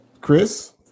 Chris